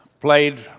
played